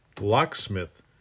locksmith